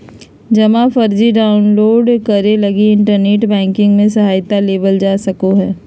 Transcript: जमा पर्ची डाउनलोड करे लगी इन्टरनेट बैंकिंग के सहायता लेवल जा सको हइ